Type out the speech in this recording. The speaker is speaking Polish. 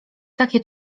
takie